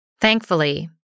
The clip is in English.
Thankfully